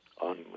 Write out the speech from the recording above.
on